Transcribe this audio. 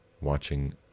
watching